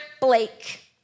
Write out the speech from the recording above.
Blake